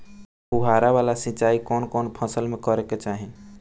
फुहारा वाला सिंचाई कवन कवन फसल में करके चाही?